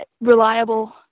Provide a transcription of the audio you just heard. reliable